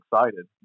excited